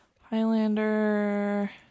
Highlander